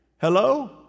Hello